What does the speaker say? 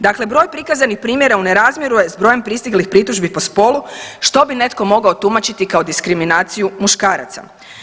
Dakle, broj prikazanih primjera u nerazmjeru je s brojim pristiglih pritužbi po stolu što bi netko mogao tumačiti kao diskriminaciju muškaraca.